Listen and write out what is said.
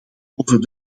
over